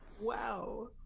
wow